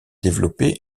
développé